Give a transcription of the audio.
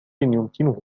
يمكنه